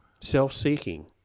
self-seeking